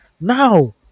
Now